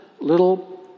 little